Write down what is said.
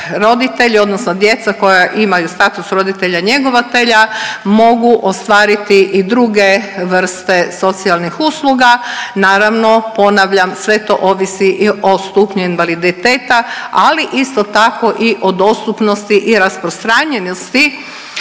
roditelj odnosno djeca koja imaju status roditelja njegovatelja mogu ostvariti i druge vrste socijalnih usluga. Naravno, ponavljam sve to ovisi i o stupnju invaliditeta, ali isto tako i o dostupnosti i rasprostranjenosti